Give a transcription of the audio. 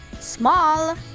small